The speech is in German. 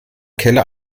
keller